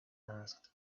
asked